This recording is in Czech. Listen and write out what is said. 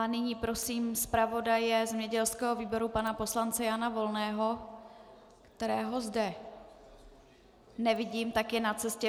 Nyní prosím zpravodaje zemědělského výboru pana poslance Jana Volného kterého zde nevidím, tak je na cestě.